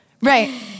right